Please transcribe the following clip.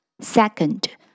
Second